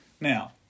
Now